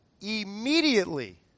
Immediately